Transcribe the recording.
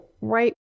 right